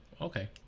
okay